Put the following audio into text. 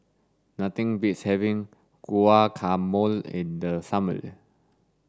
nothing beats having Guacamole in the summer